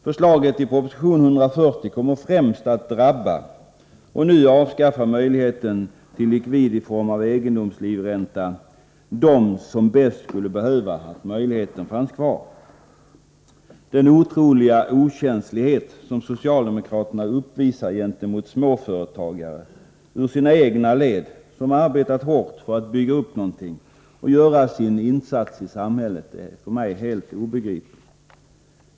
Förslaget i proposition 140, att avskaffa möjligheten till likvid i form av egendomslivränta, kommer främst att drabba dem som bäst skulle behöva denna möjlighet. Den otroliga okänslighet som socialdemokraterna uppvisar gentemot småföretagare — även ur sina egna led — som arbetat hårt för att bygga upp någonting och göra sin insats i samhället är för mig helt obegriplig.